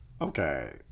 Okay